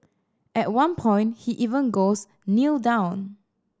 at one point he even goes Kneel down